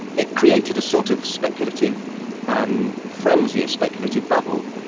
it created a sort of speculative um frenzy, a speculative bubble,